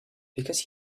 because